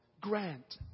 Grant